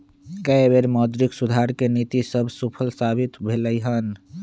कय बेर मौद्रिक सुधार के नीति सभ सूफल साबित भेलइ हन